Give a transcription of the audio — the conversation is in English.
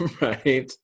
right